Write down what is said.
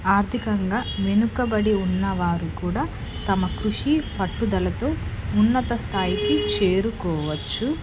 ఆర్థికంగా వెనుకబడి ఉన్నవారు కూడా తమ కృషి పట్టుదలతో ఉన్నత స్థాయికి చేరుకోవచ్చు